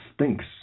stinks